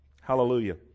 Hallelujah